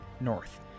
North